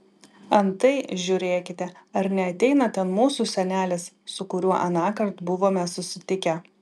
antai žiūrėkite ar neateina ten mūsų senelis su kuriuo anąkart buvome susitikę